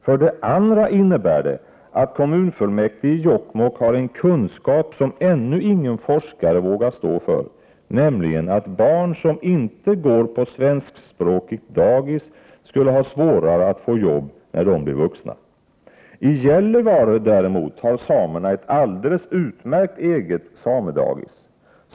För det andra innebär den att kommunfullmäktige i Jokkmokk har en kunskap som ännu ingen forskare vågar stå för, nämligen att barn som inte går på svenskspråkigt dagis skulle ha svårare att få jobb när de blir vuxna. I Gällivare däremot har samerna ett alldeles utmärkt eget samedagis.